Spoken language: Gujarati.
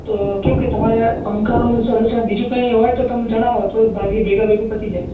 તો કેવું કે તમારે પંખાનું સોલ્યુસન બીજું કંઈ હોય તો તમે જણાવો તો ભેગા ભેગું પતી જાય